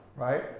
Right